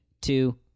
two